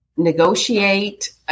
negotiate